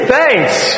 Thanks